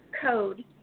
code